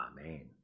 Amen